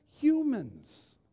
humans